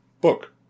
book